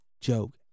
joke